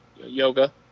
yoga